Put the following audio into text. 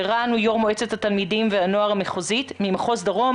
רן הוא יושב ראש מועצת התלמידים והנוער המחוזית ממחוז דרום.